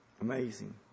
Amazing